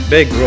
Big